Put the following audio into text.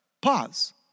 Pause